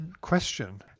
question